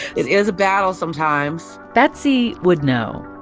it is a battle sometimes betsy would know.